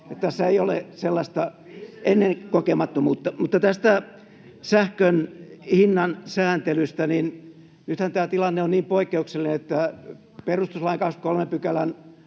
Tässä ei ole sellaista ennenkokemattomuutta. Mutta tästä sähkön hinnan sääntelystä: nythän tämä tilanne on niin poikkeuksellinen, että myös perustuslain 23 §:n